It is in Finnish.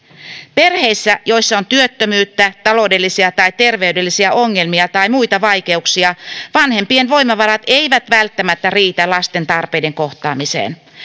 perheissä joissa on työttömyyttä taloudellisia tai terveydellisiä ongelmia tai muita vaikeuksia vanhempien voimavarat eivät välttämättä riitä lasten tarpeiden kohtaamiseen